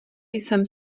jsem